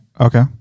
Okay